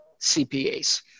CPAs